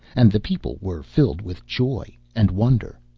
and the people were filled with joy and wonder.